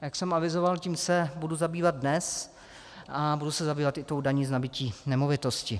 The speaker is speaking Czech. Jak jsem avizoval, tím se budu zabývat dnes a budu se zabývat i tou daní z nabytí nemovitosti.